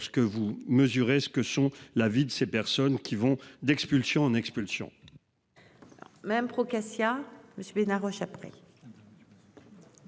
lorsque vous mesurez ce que sont la vie de ces personnes qui vont d'expulsion en expulsion.